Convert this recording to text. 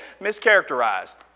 mischaracterized